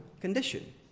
condition